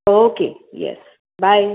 okay yes bye